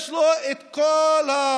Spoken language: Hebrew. יש לו את כל ההטבות,